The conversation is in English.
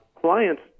clients